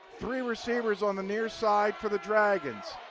three receivers on the near side for the dragons.